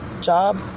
job